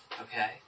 Okay